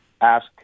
ask